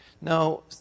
No